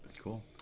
cool